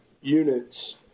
units